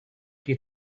you